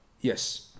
yes